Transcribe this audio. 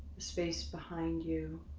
space behind you,